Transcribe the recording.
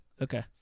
Okay